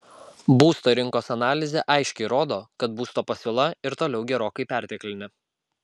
būsto rinkos analizė aiškiai rodo kad būsto pasiūla ir toliau gerokai perteklinė